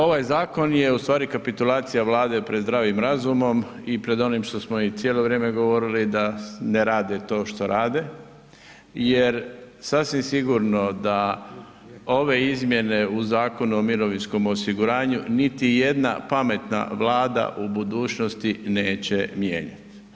Ovaj zakon je u stvari kapitulacija Vlade pred zdravim razumom i pred onim što smo im cijelo vrijeme govorili da ne rade to što rade jer sasvim sigurno da ove izmjene u Zakonu o mirovinskom osiguranju niti jedna pametna vlada u budućnosti neće mijenjati.